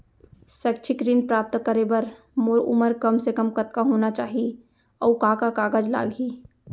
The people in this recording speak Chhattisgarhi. शैक्षिक ऋण प्राप्त करे बर मोर उमर कम से कम कतका होना चाहि, अऊ का का कागज लागही?